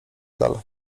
dal